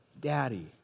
Daddy